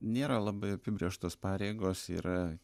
nėra labai apibrėžtos pareigos yra